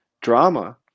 drama